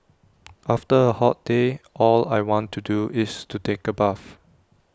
after A hot day all I want to do is to take A bath